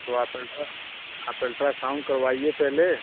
तो आप अल्ट्रा आप अल्ट्रासाउंड करवाइए पहले